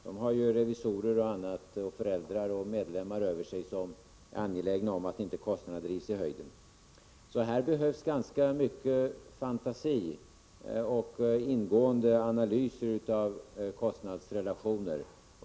De har revisorer, föräldrar och medlemmar över sig, som är angelägna om att inte kostnaderna drivs i höjden. Det behövs således ganska mycket fantasi och ingående analys av kostnadsrelationer.